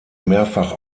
mehrfach